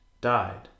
died